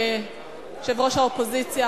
יושבת-ראש האופוזיציה,